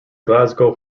glasgow